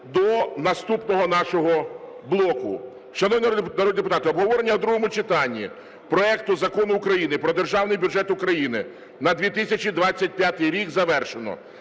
до наступного нашого блоку. Шановні народні депутати, обговорення в другому читанні проекту Закону України про Державний бюджет України на 2025 рік завершено.